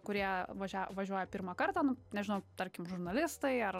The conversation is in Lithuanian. kurie važia važiuoja pirmą kartą nu nežinau tarkim žurnalistai ar